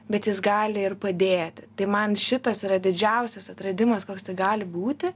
bet jis gali ir padėti tai man šitas yra didžiausias atradimas koks tik gali būti